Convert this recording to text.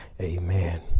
amen